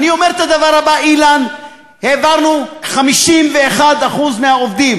אני אומר את הדבר הבא, אילן: העברנו 51% מהעובדים.